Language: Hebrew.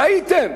ראיתם,